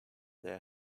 their